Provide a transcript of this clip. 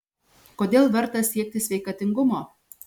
kodėl verta siekti sveikatingumo